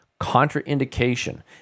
contraindication